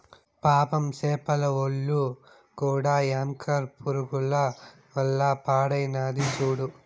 పాపం సేపల ఒల్లు కూడా యాంకర్ పురుగుల వల్ల పాడైనాది సూడు